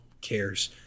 cares